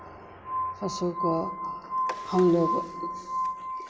पशु को हमलोग